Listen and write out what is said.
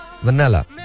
Vanilla